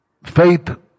Faith